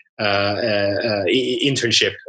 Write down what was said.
internship